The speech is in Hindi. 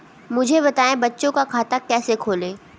मुझे बताएँ बच्चों का खाता कैसे खोलें?